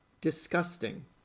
disgusting